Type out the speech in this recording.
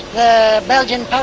the belgian ah